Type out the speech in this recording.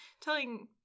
Telling